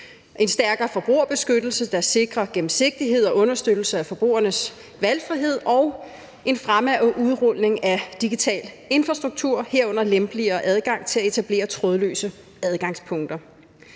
en stærkere forbrugerbeskyttelse, der sikrer gennemsigtighed og understøttelse af forbrugernes valgfrihed; og en fremme af udrulning af digital infrastruktur, herunder lempeligere adgang til at etablere trådløse adgangspunkter.